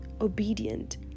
obedient